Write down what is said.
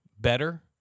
better